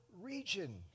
region